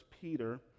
Peter